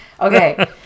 Okay